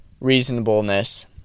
reasonableness